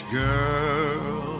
girl